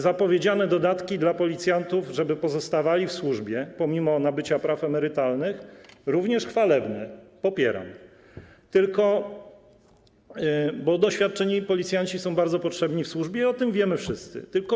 Zapowiedziane dodatki dla policjantów, żeby pozostawali w służbie pomimo nabycia praw emerytalnych, również chwalebne, popieram, bo doświadczeni policjanci są bardzo potrzebni w służbie, o tym wszyscy wiemy.